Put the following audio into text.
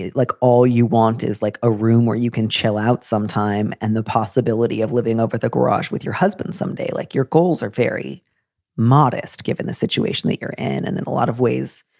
like all you want is like a room where you can chill out some time. and the possibility of living over the garage with your husband some day, like your goals, are very modest given the situation that you're in. and in a lot of ways,